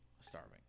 starving